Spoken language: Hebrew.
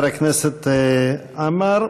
תודה, חבר הכנסת עמר.